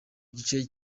gice